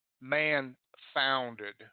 man-founded